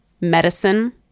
medicine